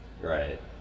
right